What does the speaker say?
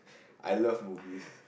I love movies